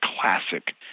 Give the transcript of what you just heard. classic